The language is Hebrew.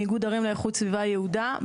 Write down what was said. מאיגוד ערים לאיכות סביבה יהודה.